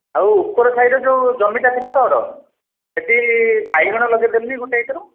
ଆଉ ଉପର ସାଇଡ଼ ରେ ଯେଉଁ ଜମି ଟା ଥିଲା ତୋର ସେହିଠି ବାଇଗଣ ଲଗାଇ ଦେଲୁନି ଗୋଟେ ଏକର